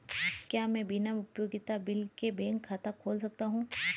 क्या मैं बिना उपयोगिता बिल के बैंक खाता खोल सकता हूँ?